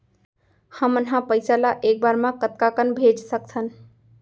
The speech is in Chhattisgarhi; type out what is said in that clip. हमन ह पइसा ला एक बार मा कतका कन भेज सकथन?